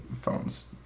phone's